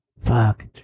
Fuck